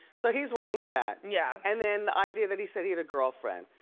so he's wrong for that. yeah. and then the idea that he said he had a girlfriend.